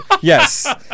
Yes